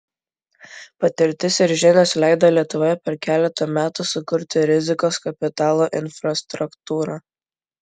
patirtis ir žinios leido lietuvoje per keletą metų sukurti rizikos kapitalo infrastruktūrą